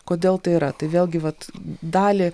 kodėl tai yra tai vėlgi vat dalį